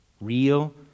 Real